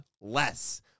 less